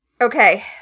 Okay